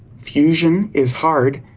fusion is hard.